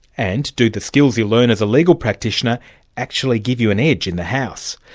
and do the skills you learn as a legal practitioner actually give you an edge in the house?